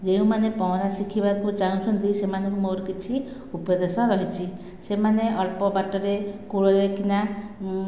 ଯେଉଁମାନେ ପହଁରା ଶିଖିବାକୁ ଚାହୁଁଛନ୍ତି ସେମାନଙ୍କୁ ମୋର କିଛି ଉପଦେଶ ରହିଛି ସେମାନେ ଅଳ୍ପ ବାଟରେ କୂଳରେ କିନା